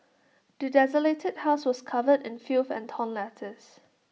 the desolated house was covered in filth and torn letters